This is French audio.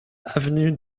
avenue